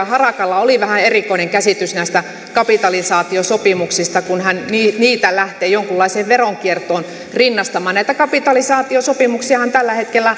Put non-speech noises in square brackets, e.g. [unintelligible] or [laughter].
[unintelligible] harakalla oli vähän erikoinen käsitys näistä kapitalisaatiosopimuksista kun hän niitä lähtee jonkunlaiseen veronkiertoon rinnastamaan näitä kapitalisaatiospimuksiahan tällä hetkellä [unintelligible]